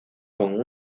con